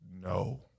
no